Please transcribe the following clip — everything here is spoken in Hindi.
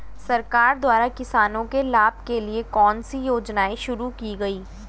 सरकार द्वारा किसानों के लाभ के लिए कौन सी योजनाएँ शुरू की गईं?